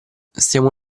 stiamo